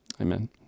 amen